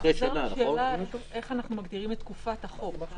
השאלה היא איך אנחנו מגדירים את תקופת החוק.